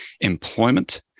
employment